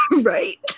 Right